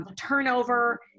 turnover